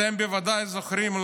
אתם בוודאי זוכרים,